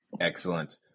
Excellent